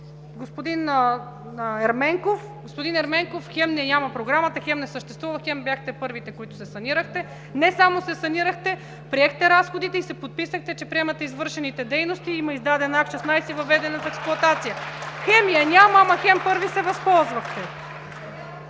Господин Ерменков, хем я няма Програмата, хем не съществува, хем бяхте първите, които се санирахте. Не само се санирахте, приехте разходите и се подписахте, че приемате извършените дейности. Има издаден Акт 16 и въвеждане в експлоатация. (Ръкопляскания от ГЕРБ.) Хем я няма, ама хем първи се възползвахте!